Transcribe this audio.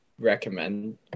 recommend